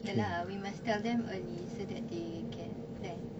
ya lah we must tell them early so that they can plan